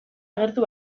agertu